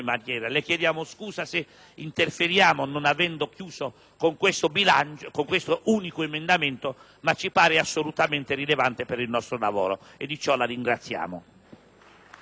non avendo concluso con questo unico emendamento, ma ci sembra assolutamente rilevante per il nostro lavoro e di ciò la ringraziamo.